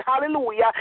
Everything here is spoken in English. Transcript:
hallelujah